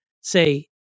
say